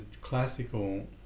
classical